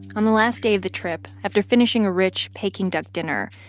on the last day of the trip, after finishing a rich peking duck dinner,